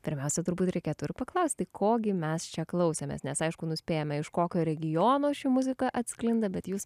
pirmiausia turbūt reikėtų ir paklausti ko gi mes čia klausėmės nes aišku nuspėjama iš kokio regiono ši muzika atsklinda bet jūs